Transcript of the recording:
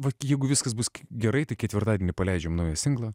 vat jeigu viskas bus gerai tai ketvirtadienį paleidžiam naują singlą